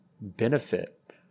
benefit